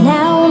Now